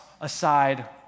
aside